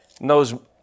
knows